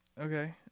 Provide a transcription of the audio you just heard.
Okay